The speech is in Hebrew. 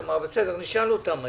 נשאל אותם היום.